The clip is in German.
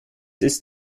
ist